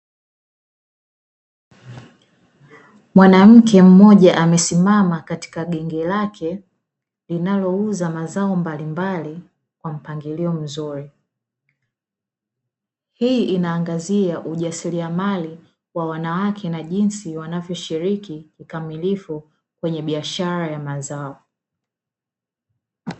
Mwanamke mmoja amesimama katika genge lake linalouza mazao mbalimbali kwa mpangilio mzuri. Hii inaangazia ujasirimali wa wanawake na jinsi wanavyoshiriki kikamilifu kwenye biashara ya mazao.